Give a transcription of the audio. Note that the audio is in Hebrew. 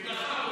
בגללך,